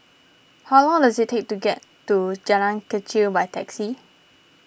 how long does it take to get to Jalan Kechil by taxi